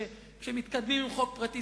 כשמתקדמים עם חוק פרטי,